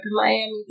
Miami